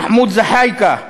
מחמוד זחאיקה,